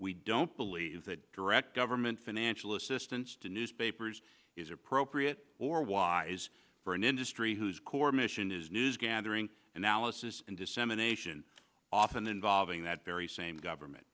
we don't believe that direct government financial assistance to newspapers is appropriate or wise for an industry whose core mission is news gathering analysis and dissemination often involving that very same government